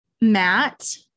Matt